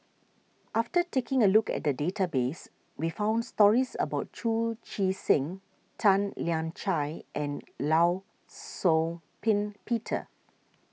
after taking a look at the database we found stories about Chu Chee Seng Tan Lian Chye and Law Shau Ping Peter